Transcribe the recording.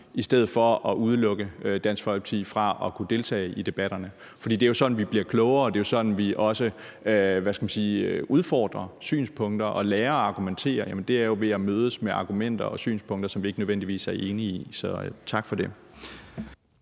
i stedet for at udelukke Dansk Folkeparti fra at kunne deltage i debatterne. For det er jo sådan, vi bliver klogere, og det er jo sådan, vi også udfordrer synspunkter og lærer at argumentere; det er ved at mødes om argumenter og synspunkter, som vi ikke nødvendigvis er enige om. Så tak for det.